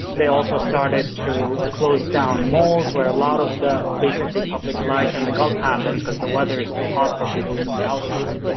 they also started to close down malls where a lot of the basically public life in the gulf happened because the weather is too hot for people to be outside.